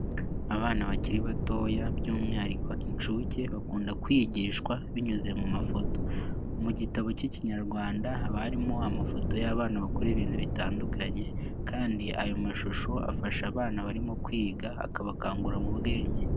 Abana bakiri batoya by'umwihariko inshsuke bakunda kwigishwa binyuze mu mafoto, mu gitabo cy'Ikinyarwanda haba harimo amafoto y'abana bakora ibintu bitandukanye kandi ayo mashusho afasha abana barimo kwiga akabakangura mu bwenge.